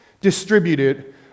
distributed